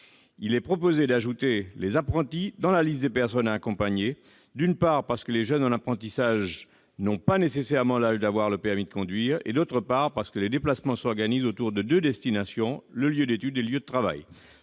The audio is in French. Babary propose d'ajouter les apprentis dans la liste des personnes à accompagner, d'une part parce que les jeunes en apprentissage n'ont pas nécessairement l'âge d'avoir le permis de conduire, d'autre part parce que les déplacements s'organisent autour de deux destinations : le lieu d'étude et le lieu de travail.